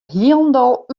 hielendal